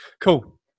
cool